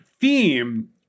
theme